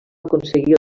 aconseguir